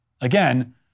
again